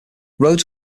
roads